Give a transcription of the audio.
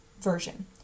version